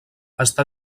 està